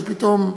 פתאום,